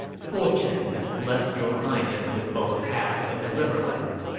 fortune has blessed your highness with both halves of the riverlands,